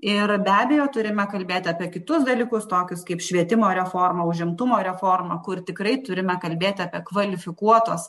ir be abejo turime kalbėt apie kitus dalykus tokius kaip švietimo reforma užimtumo reforma kur tikrai turime kalbėt apie kvalifikuotos